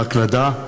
בהקלדה,